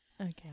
Okay